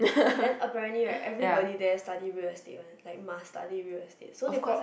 then apparently right everybody there study real estate one like must study real estate so they brought